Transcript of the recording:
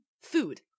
food